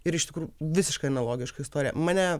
ir iš tikrų visiškai analogiška istorija mane